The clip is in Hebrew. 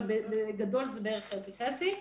בגדול זה חצי חצי.